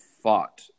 fought